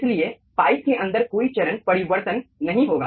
इसलिए पाइप के अंदर कोई चरण परिवर्तन नहीं होगा